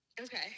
Okay